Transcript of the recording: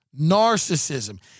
narcissism